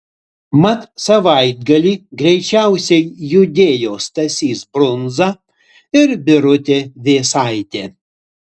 mat savaitgalį greičiausiai judėjo stasys brunza ir birutė vėsaitė